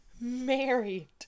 married